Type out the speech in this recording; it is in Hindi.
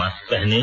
मास्क पहनें